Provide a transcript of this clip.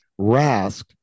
Rask